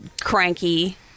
cranky